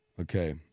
okay